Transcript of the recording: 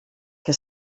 que